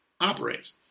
operates